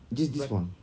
just this wall